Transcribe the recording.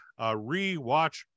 rewatch